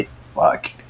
fuck